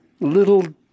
little